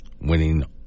winning